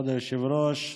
כבוד היושב-ראש,